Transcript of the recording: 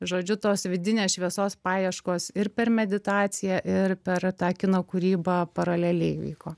žodžiu tos vidinės šviesos paieškos ir per meditaciją ir per tą kino kūrybą paraleliai vyko